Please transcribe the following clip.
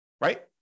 right